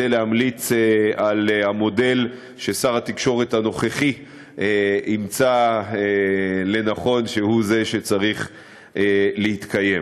על המודל ששר התקשורת ימצא לנכון שהוא זה שצריך להתקיים.